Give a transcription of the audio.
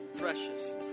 precious